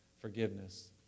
forgiveness